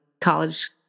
college